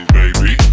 baby